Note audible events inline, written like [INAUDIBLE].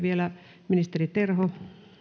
[UNINTELLIGIBLE] vielä ministeri terho